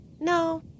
no